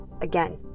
Again